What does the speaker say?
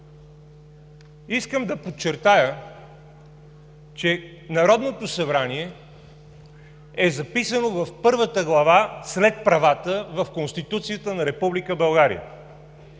Искам да подчертая, че Народното събрание е записано в Първата глава след „Правата“ в Конституцията на